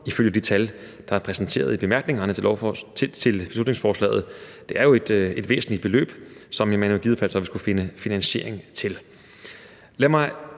ifølge de tal, der er præsenteret i bemærkningerne til beslutningsforslaget. Det er jo et væsentligt beløb, som man så i givet fald skulle finde finansiering til.